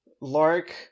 Lark